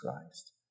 Christ